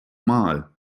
mal